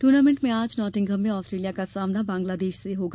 tournament में आज Nottingham में ऑस्ट्रेलिया का सामना बांग्लादेश से होगा